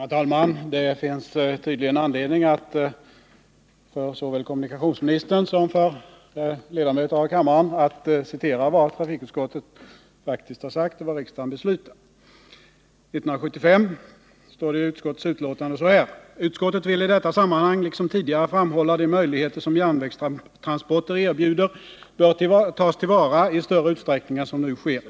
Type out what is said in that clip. Herr talman! Det finns tydligen anledning att för såväl kommunikationsministern som kammarens ledamöter citera vad trafikutskottet faktiskt sagt och vad riksdagen beslutat år 1975: ”Utskottet vill i detta sammanhang liksom tidigare framhålla att de möjligheter som järnvägstransporter erbjuder bör tas till vara i större utsträckning än som nu sker.